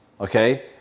okay